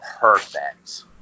perfect